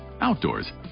outdoors